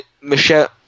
Michelle